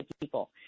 people